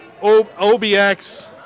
OBX